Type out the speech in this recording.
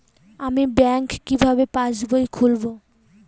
আমি ব্যাঙ্ক কিভাবে পাশবই খুলব?